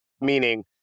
meaning